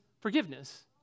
forgiveness